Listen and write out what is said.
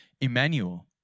Emmanuel